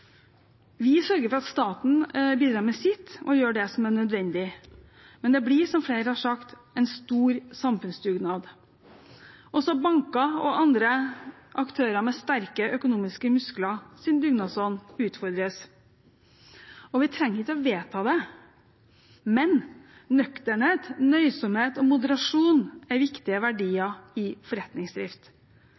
Vi sørger for at staten bidrar med sitt og gjør det som er nødvendig, men det blir, som flere har sagt, en stor samfunnsdugnad. Også dugnadsånden til banker og andre aktører med sterke økonomiske muskler utfordres. Vi trenger ikke å vedta det, men nøkternhet, nøysomhet og moderasjon er viktige verdier i forretningsdrift.